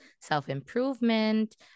self-improvement